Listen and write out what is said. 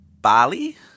Bali